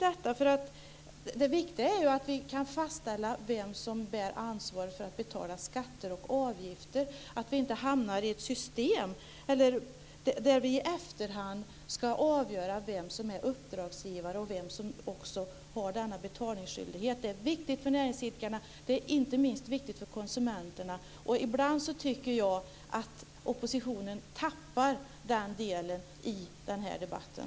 Det viktiga är ju att vi kan fastställa vem som bär ansvaret för att betala skatter och avgifter, så att vi inte hamnar i ett system där vi i efterhand ska avgöra vem som är uppdragsgivare och vem som har denna betalningsskyldighet. Det är viktigt för näringsidkarna, men det är inte minst viktigt för konsumenterna. Ibland tycker jag att oppositionen tappar den delen i den här debatten.